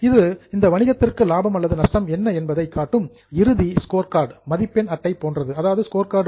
இது அந்த வணிகத்திற்கான லாபம் அல்லது நஷ்டம் என்ன என்பதை காட்டும் இறுதி ஸ்கோர்கார்டு மதிப்பெண் அட்டை போன்றது ஆகும்